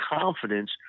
confidence